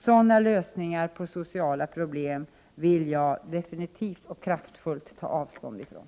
Sådana lösningar på sociala problem vill jag definitivt och kraftfullt ta avstånd från.